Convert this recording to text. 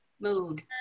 mood